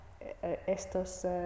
estos